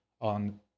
on